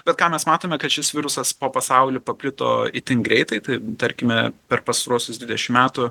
bet ką mes matome kad šis virusas po pasaulį paplito itin greitai tai tarkime per pastaruosius dvidešim metų